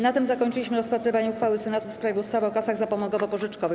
Na tym zakończyliśmy rozpatrywanie uchwały Senatu w sprawie ustawy o kasach zapomogowo-pożyczkowych.